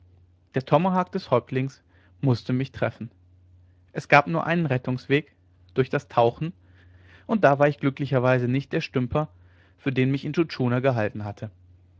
der tomahawk des häuptlings mußte mich treffen es gab nur einen rettungsweg durch das tauchen und da war ich glücklicherweise nicht der stümper für den mich intschu tschuna gehalten hatte